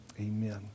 amen